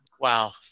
Wow